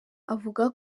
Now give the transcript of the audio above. avuga